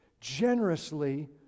generously